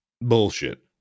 Bullshit